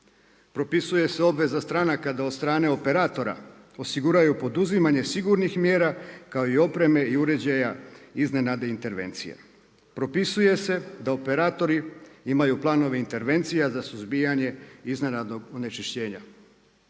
Propisuje se obveza stranaka da od strane operatora osiguraju poduzimanje sigurnih mjera, kao i opreme i uređaja iznenadne intervencije. Propisuje se da operatori imaju planove intervencija za suzbijanje iznenadnog onečišćenja.